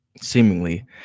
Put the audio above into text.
seemingly